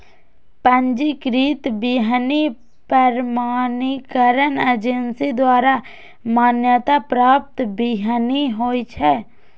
पंजीकृत बीहनि प्रमाणीकरण एजेंसी द्वारा मान्यता प्राप्त बीहनि होइ छै